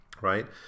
right